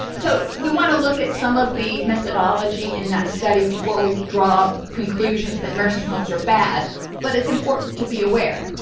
so we want to look at some of the methodology in that study before we draw conclusions that nursing homes are bad but it's important to be aware